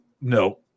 no